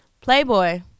Playboy